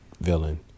villain